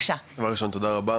דבר ראשון, תודה רבה.